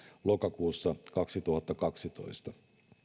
lokakuussa kaksituhattakaksitoista